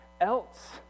else